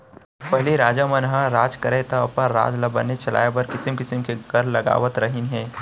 पहिली राजा मन ह राज करयँ तौ अपन राज ल बने चलाय बर किसिम किसिम के कर लगावत रहिन हें